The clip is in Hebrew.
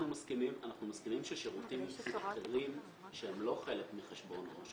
אנחנו מסכימים ששירותים אחרים שהם לא חלק מחשבון עו"ש,